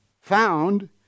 found